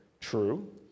true